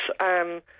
yes